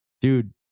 dude